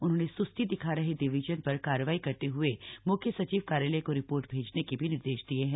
उन्होंने स्स्ती दिखा रहे डिवीजन पर कार्रवाई करते हए मुख्य सचिव कार्यालय को रिपोर्ट भैजने के भी निर्देश दिए हैं